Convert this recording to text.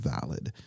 valid